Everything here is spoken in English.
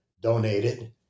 donated